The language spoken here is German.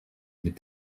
mit